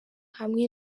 hamwe